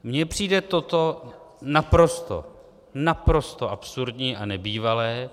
Mně přijde toto naprosto, naprosto absurdní a nebývalé.